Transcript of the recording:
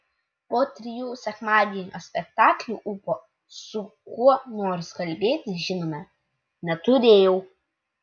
po trijų sekmadienio spektaklių ūpo su kuo nors kalbėtis žinoma neturėjau